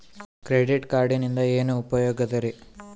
Credit ಕಾರ್ಡಿನಿಂದ ಏನು ಉಪಯೋಗದರಿ?